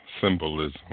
symbolism